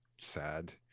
sad